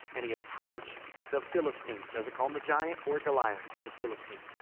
and he approached the philistine doesn't call him the giant or goliath. the philistine.